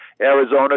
Arizona